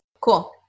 Cool